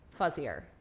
fuzzier